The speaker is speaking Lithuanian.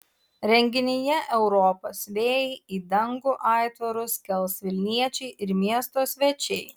renginyje europos vėjai į dangų aitvarus kels vilniečiai ir miesto svečiai